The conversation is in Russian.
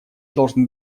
должны